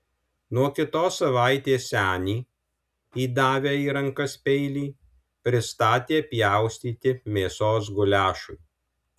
nuo kitos savaitės senį įdavę į rankas peilį pristatė pjaustyti mėsos guliašui